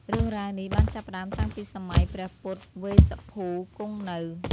រឿងរ៉ាវនេះបានចាប់ផ្ដើមតាំងពីសម័យ ព្រះពុទ្ធវេស្សភូ គង់នៅ។